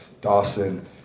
Dawson